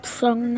song